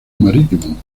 marítimo